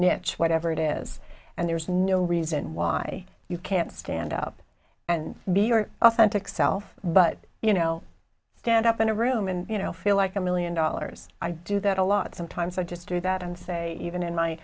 niche whatever it is and there's no reason why you can't stand up and be your authentic self but you know stand up in a room and you know feel like a million dollars i do that a lot sometimes i just do that and say even in my